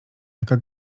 jaka